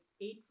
eight